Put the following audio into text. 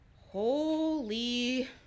holy